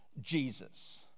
Jesus